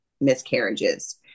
miscarriages